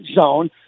zone